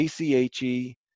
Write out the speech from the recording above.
ACHE